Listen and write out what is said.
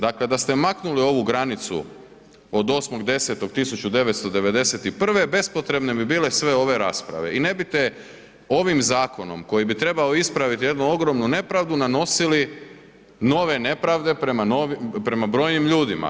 Dakle da ste maknuli ovu granicu od 8.10.1991. bespotrebne bi bile sve ove rasprave i ne bite ovim zakonom koji bi trebao ispraviti jednu ogromnu nepravdu nanosili nove nepravde prema brojnim ljudima.